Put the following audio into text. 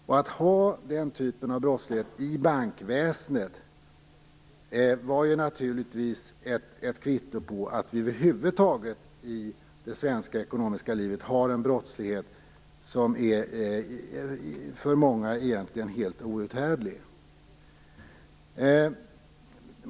Att vi har den typen av brottslighet i bankväsendet var naturligtvis ett kvitto på att vi i det svenska ekonomiska livet över huvud taget har en brottslighet som för många är helt outhärdlig.